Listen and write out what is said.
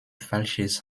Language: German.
falsches